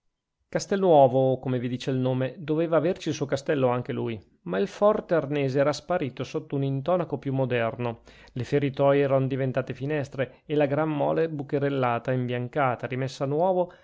castelnuovo come vi dice il nome doveva averci il suo castello anche lui ma il forte arnese era sparito sotto un intonaco più moderno le feritoie erano diventate finestre e la gran mole bucherellata imbiancata rimessa a nuovo